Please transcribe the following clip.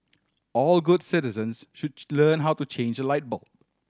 all good citizens should learn how to change a light bulb